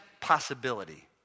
possibility